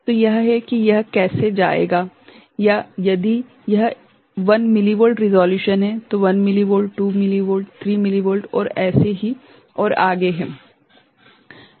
तो यह है कि यह कैसे जाएगा या यदि यह एक 1 मिलीवोल्ट रिज़ॉल्यूशन है तो 1 मिलीवोल्ट 2 मिलीवोल्ट 3 मिलीवोल्ट और ऐसे ही और आगे है